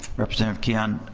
represent of key on